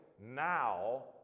now